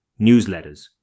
Newsletters